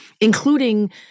including